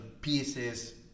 pieces